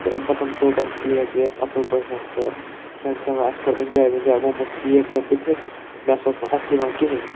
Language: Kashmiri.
تہٕ امہِ پَتہٕ ژوٚٹ اَسہِ کیک اصل پٲٹھۍ تہٕ فرنڈسَن اَسہِ کوٚر ایٚنجاے ویٚنجاے یِمو موٚتھ کیک مےٚ بٕتھِس مےٚ سا اوس نہٕ اَتھِ یِوان کِہیٖنۍ